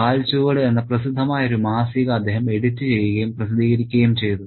കാലച്ചുവട് എന്ന പ്രസിദ്ധമായ ഒരു മാസിക അദ്ദേഹം എഡിറ്റ് ചെയ്യുകയും പ്രസിദ്ധീകരിക്കുകയും ചെയ്തു